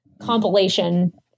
compilation